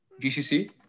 GCC